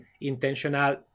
intentional